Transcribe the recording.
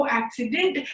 accident